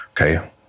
Okay